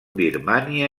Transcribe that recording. birmània